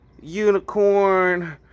unicorn